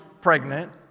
pregnant